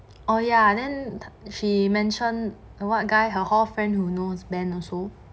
oh ya then she mention a what guy her hall friend who knows ben also